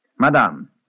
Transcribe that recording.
Madame